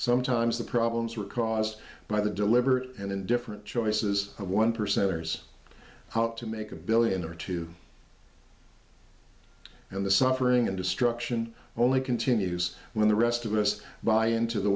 sometimes the problems are caused by the deliberate and different choices of one percenters to make a billion or two and the suffering and destruction only continues when the rest of us buy into the